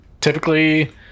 Typically